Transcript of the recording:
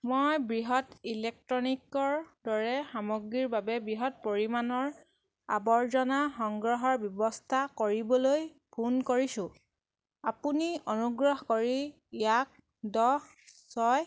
মই বৃহৎ ইলেক্ট্ৰনিকৰ দৰে সামগ্ৰীৰ বাবে বৃহৎ পৰিমাণৰ আৱৰ্জনা সংগ্ৰহৰ ব্যৱস্থা কৰিবলৈ ফোন কৰিছোঁ আপুনি অনুগ্ৰহ কৰি ইয়াক দহ ছয়